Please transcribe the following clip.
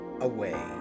away